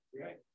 Right